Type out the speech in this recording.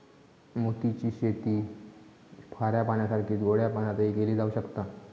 मोती ची शेती खाऱ्या पाण्यासारखीच गोड्या पाण्यातय केली जावक शकता